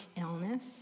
illness